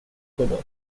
ecuador